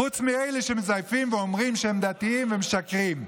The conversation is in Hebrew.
חוץ מאלה שמזייפים ואומרים שהם דתיים והם משקרים.